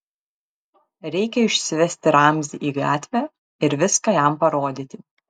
reikia išsivesti ramzį į gatvę ir viską jam parodyti